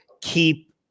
keep